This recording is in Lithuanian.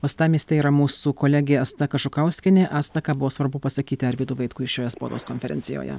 uostamiestyje yra mūsų kolegė asta kažukauskienė asta ką buvo svarbu pasakyti arvydui vaitkui šioje spaudos konferencijoje